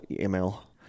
Email